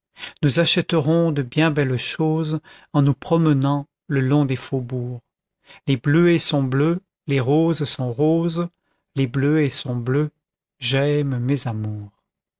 nous achèterons de bien belles choses en nous promenant le long des faubourgs les bleuets sont bleus les roses sont roses les bleuets sont bleus j'aime mes amours